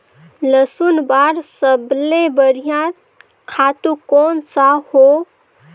लसुन बार सबले बढ़िया खातु कोन सा हो?